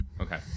Okay